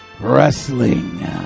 Wrestling